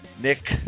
Nick